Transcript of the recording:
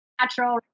natural